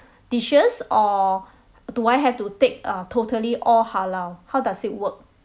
dishes or do I have to take a totally all halal how does it work